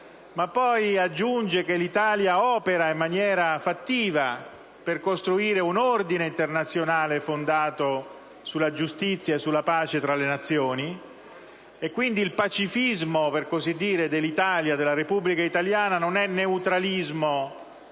ma poi aggiunge che l'Italia opera in maniera fattiva per costruire un ordine internazionale fondato sulla giustizia e sulla pace tra le Nazioni. Quindi, il pacifismo - per così dire - della Repubblica italiana non è neutralismo